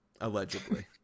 allegedly